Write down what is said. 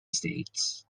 states